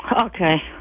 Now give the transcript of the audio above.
Okay